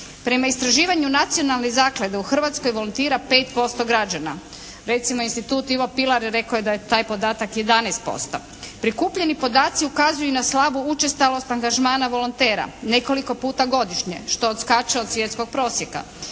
Prema istraživanju nacionalne zaklade u Hrvatskoj volontira 5% građana, recimo institut Ivo Pilar rekao je da je taj podatak 11%. Prikupljeni podaci ukazuju na slabu učestalost angažmana volontera nekoliko puta godišnje što odskače od svjetskog prosjeka.